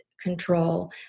control